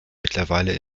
mittlerweile